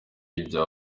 ibya